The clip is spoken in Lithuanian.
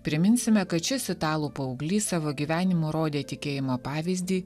priminsime kad šis italų paauglys savo gyvenimu rodė tikėjimo pavyzdį